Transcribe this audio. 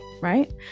right